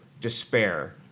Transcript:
despair